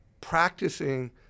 practicing